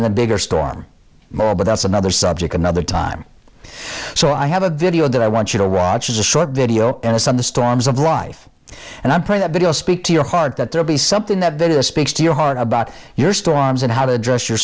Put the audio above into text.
the bigger storm more but that's another subject another time so i have a video that i want you to watch as a short video tennis on the storms of life and i play that video speak to your heart that there be something that there speaks to your heart about your storms and how to address your